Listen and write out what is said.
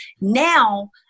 now